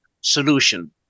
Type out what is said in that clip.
solution